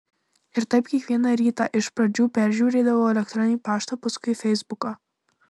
ir taip kiekvieną rytą iš pradžių peržiūrėdavau elektroninį paštą paskui feisbuką